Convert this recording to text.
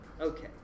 Okay